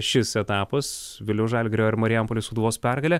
šis etapas vėliau žalgirio ir marijampolės sūduvos pergalę